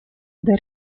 dal